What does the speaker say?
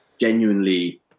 genuinely